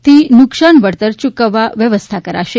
થી નુકશાન વળતર યૂકવવા વ્યવસ્થા કરશે